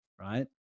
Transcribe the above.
right